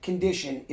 Condition